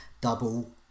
double